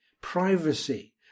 privacy